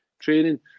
training